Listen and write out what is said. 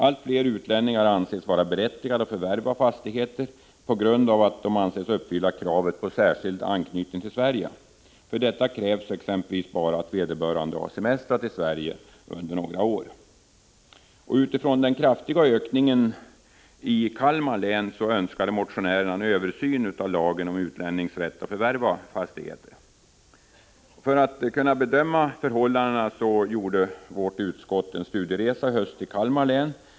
Allt fler utlänningar anses vara berättigade att förvärva fastigheter tack vare att de uppfyller kravet på särskild anknytning till Sverige. För detta krävs exempelvis bara att vederbörande har semestrat i Sverige under några år. Utifrån den kraftiga ökningen i Kalmar län önskade motionärerna en översyn av lagen om utlännings rätt att förvärva fastigheter. För att kunna bedöma förhållandena gjorde vårt utskott en studieresa till Kalmar län.